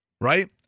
right